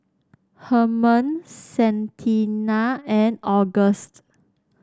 Hermann Santina and August